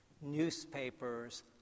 Newspapers